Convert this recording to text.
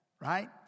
right